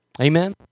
Amen